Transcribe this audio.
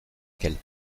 qu’elles